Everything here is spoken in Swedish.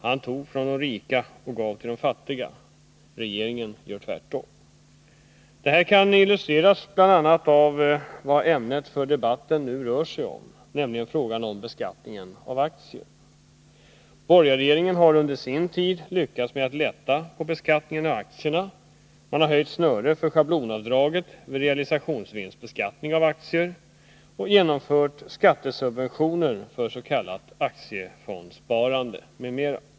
Han tog från de rika och gav till de fattiga, regeringen gör tvärtom. Detta kan illustreras bl.a. av vad ämnet för debatten nu rör sig om, nämligen frågan om beskattningen av aktier. Borgarregeringen har under sin tid lyckats med att lätta på beskattningen av aktierna. Man har höjt snöret för schablonavdraget vid realisationsvinstbeskattning av aktier, genomfört skattesubventioner för s.k. aktiefondsparande m.m.